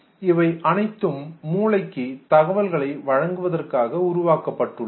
இவை அனைத்தும் மூளைக்கு தகவல்களை வழங்குவதற்காக உருவாக்கப்பட்டுள்ளது